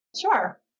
Sure